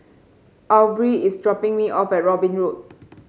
Aubree is dropping me off at Robin Road